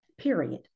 period